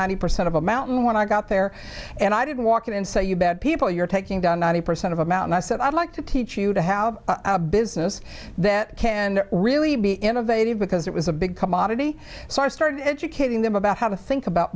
ninety percent of a mountain when i got there and i didn't walk in and say you bad people you're taking down ninety percent of a mound i said i'd like to teach you to have a business that can really be innovative because it was a big commodity so i started educating them about how to think about